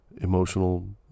emotional